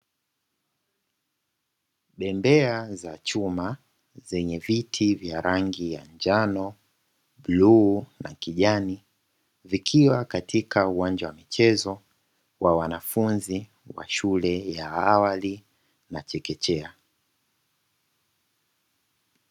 Bembea za chuma zenye viti vya rangi ya njano, bluu na kijani vikiwa katika uwanja wa michezo. Vikiwa katika uwanja wa michezo wa wanafunzi wa shule ya awali na chekechea.